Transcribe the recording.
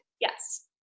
Yes